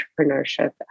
entrepreneurship